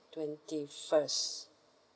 twenty first